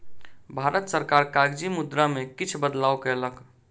भारत सरकार कागजी मुद्रा में किछ बदलाव कयलक